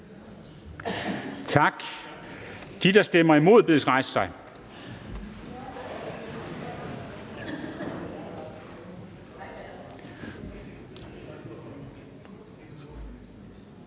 Tak. De, der stemmer imod, bedes rejse sig.